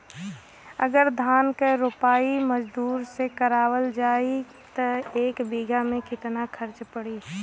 अगर धान क रोपाई मजदूर से करावल जाई त एक बिघा में कितना खर्च पड़ी?